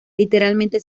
literalmente